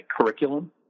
curriculum